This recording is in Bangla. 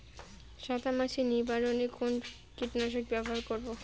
সাদা মাছি নিবারণ এ কোন কীটনাশক ব্যবহার করব?